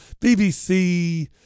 BBC